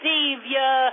Savior